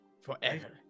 forever